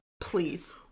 Please